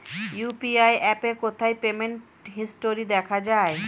UPI অ্যাপে কোথায় payment history দেখা যায়?